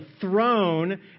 throne